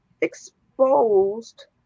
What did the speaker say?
exposed